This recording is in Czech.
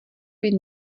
být